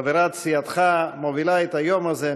חברת סיעתך מובילה את היום הזה.